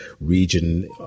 region